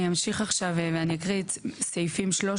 אני אמשיך עכשיו ואני אקריא את סעיפים 13